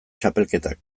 txapelketak